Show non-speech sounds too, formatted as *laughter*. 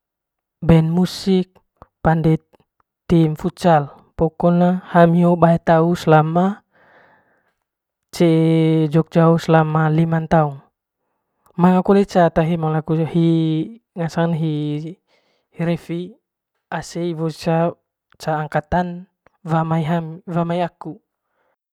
Ben musik agu pande tim futsal *unintelligible* bae tu selama cee jogja hoo selama lima ntaung manga kole ca ata hemong laku ngasang hi revi ase iwo ca angkatan wa mai *unintelligible* aku.